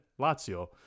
Lazio